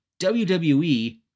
WWE